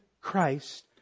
Christ